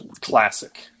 classic